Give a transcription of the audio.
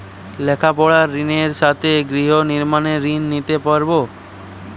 লেখাপড়ার ঋণের সাথে গৃহ নির্মাণের ঋণ নিতে পারব?